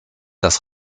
das